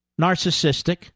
narcissistic